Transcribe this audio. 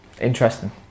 Interesting